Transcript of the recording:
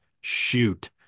Shoot